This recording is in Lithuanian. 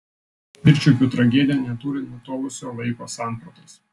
pirčiupių tragedija neturi nutolusio laiko sampratos